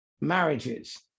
marriages